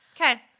Okay